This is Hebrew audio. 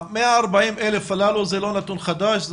ה-140,000 האלו, זה לא נתון חדש.